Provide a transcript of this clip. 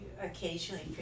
occasionally